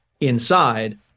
inside